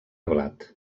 blat